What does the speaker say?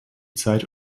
zeit